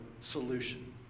solution